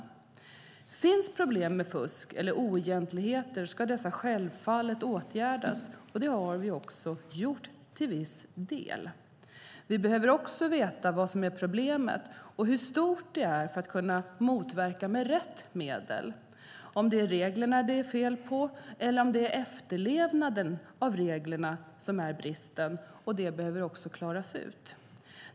Om det finns problem med fusk eller oegentligheter ska dessa självfallet åtgärdas, och det har vi också gjort till viss del. Vi behöver även veta vad som är problemet och hur stort det är för att kunna motverka det med rätt medel. Vi behöver veta om det är reglerna det är fel på eller om det är efterlevnaden av reglerna som brister. Detta behöver klaras ut.